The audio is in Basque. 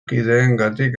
kideengatik